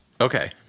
Okay